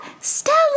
Stella